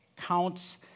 counts